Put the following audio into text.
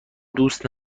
دوست